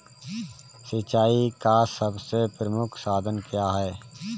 सिंचाई का सबसे प्रमुख साधन क्या है?